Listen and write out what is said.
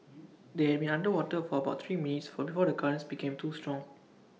they had been underwater for about three minutes for before the currents became too strong